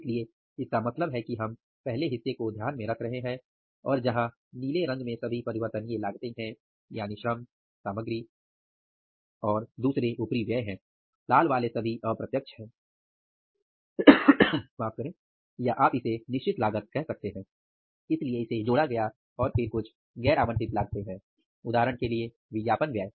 इसलिए इसका मतलब है कि हम पहले हिस्से को ध्यान में रख रहे हैं जहाँ नीले रंग में सभी परिवर्तनीय लागतें है यानि सामग्री श्रम और दूसरे उपरिव्यय हैं लाल वाले सभी अप्रत्यक्ष है या आप इसे निश्चित लागत कह सकते हैं इसलिए इसे जोड़ा गया और फिर कुछ गैर आवंटित लागतें हैं उदाहरण के लिए विज्ञापन व्यय